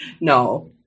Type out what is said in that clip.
No